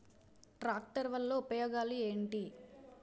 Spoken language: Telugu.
ట్రాక్టర్ వల్ల ఉపయోగాలు ఏంటీ?